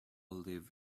live